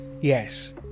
Yes